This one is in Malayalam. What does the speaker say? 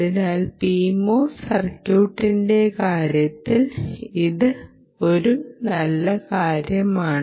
അതിനാൽ PMOS സർക്യൂട്ടിന്റെ കാര്യത്തിൽ ഇത് ഒരു നല്ല കാര്യമാണ്